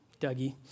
Dougie